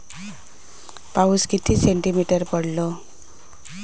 पाऊस किती सेंटीमीटर पडलो?